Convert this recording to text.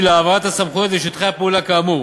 להעברת הסמכויות ושטחי הפעולה כאמור.